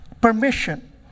permission